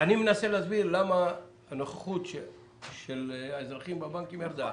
אני מנסה להסביר למה הנוכחות של האזרחים בבנקים ירדה,